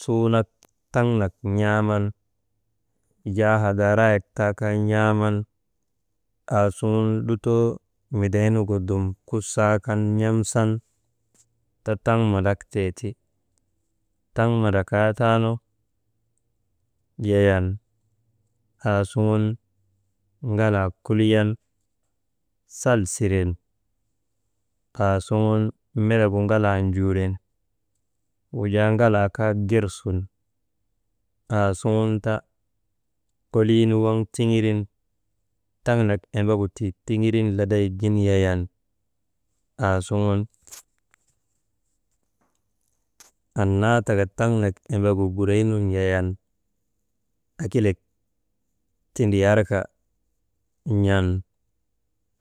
Suunak taŋ nak n̰aaman, wujaa hadaarayek taa kaa n̰aaman, aasuŋun lutoo midaynugu dum kusaakan n̰amsan te taŋ mandraktee ti. Taŋ mandrakaa taanu, yayan aasuŋun ŋalaa kuliyan salsiren, aasuŋun melegu ŋalaa juuren, wujaa ŋalaa kaa gersun, aasuŋun ta koliinu waŋ tiŋirin taŋnak embegu tii tiŋirin laday gin yayan aasuŋun annaa taka taŋnak embegu gureynun yayan akilak tindriyarka n̰an